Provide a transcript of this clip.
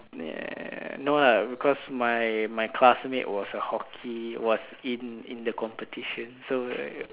err no lah because my my classmate was a hockey was in in the competition so